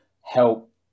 help